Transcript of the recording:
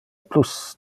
plus